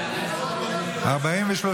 נתקבל.